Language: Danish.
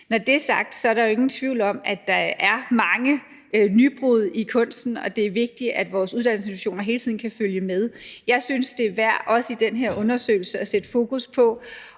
Når det er sagt, er der jo ingen tvivl om, at der er mange nybrud i kunsten, og at det er vigtigt, at vores uddannelsesinstitutioner hele tiden kan følge med. Jeg synes, det er værd, også i den her undersøgelse, at sætte fokus på,